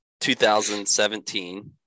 2017